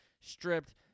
stripped